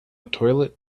toilet